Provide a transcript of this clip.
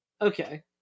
Okay